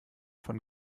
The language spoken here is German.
von